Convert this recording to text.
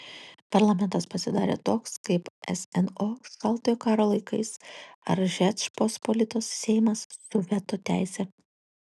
parlamentas pasidarė toks kaip sno šaltojo karo laikais ar žečpospolitos seimas su veto teise